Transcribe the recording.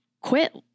quit